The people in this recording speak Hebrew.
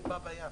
טיפה בים.